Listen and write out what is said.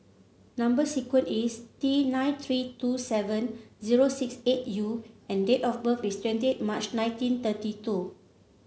number sequence is T nine three two seven zero six eight U and date of birth is twenty March nineteen thirty two